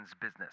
business